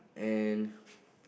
and